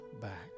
back